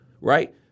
right